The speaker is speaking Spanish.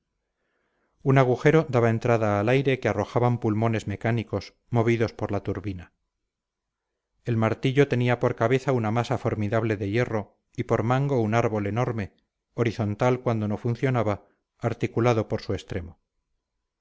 un agujero daba entrada al aire que arrojaban pulmones mecánicos movidos por la turbina el martillo tenía por cabeza una masa formidable de hierro y por mango un árbol enorme horizontal cuando no funcionaba articulado por su extremo